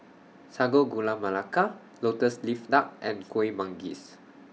Sago Gula Melaka Lotus Leaf Duck and Kueh Manggis